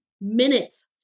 minutes